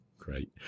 Great